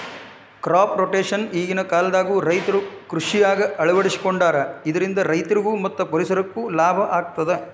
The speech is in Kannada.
ಕ್ರಾಪ್ ರೊಟೇಷನ್ ಈಗಿನ ಕಾಲದಾಗು ರೈತರು ಕೃಷಿಯಾಗ ಅಳವಡಿಸಿಕೊಂಡಾರ ಇದರಿಂದ ರೈತರಿಗೂ ಮತ್ತ ಪರಿಸರಕ್ಕೂ ಲಾಭ ಆಗತದ